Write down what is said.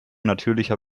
natürlicher